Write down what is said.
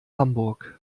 hamburg